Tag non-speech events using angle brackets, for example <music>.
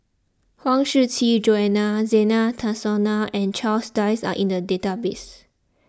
Huang Shiqi Joan Zena <unintelligible> and Charles Dyce are in the database